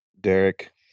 Derek